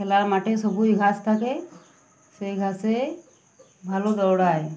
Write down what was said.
খেলার মাঠে সবুজ ঘাস থাকে সেই ঘাসেই ভালো দৌড়ায়